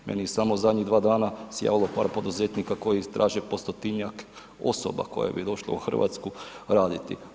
Meni se samo zadnjih dva dana se javilo par poduzetnika koji traže po 100-tinjak osoba koje bi došle u Hrvatsku raditi.